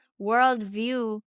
worldview